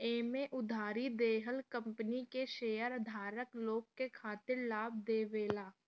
एमे उधारी देहल कंपनी के शेयरधारक लोग के खातिर लाभ देवेला